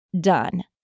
done